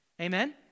Amen